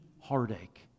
heartache